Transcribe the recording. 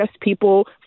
people